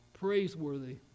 praiseworthy